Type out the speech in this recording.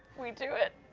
we do it,